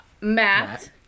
Matt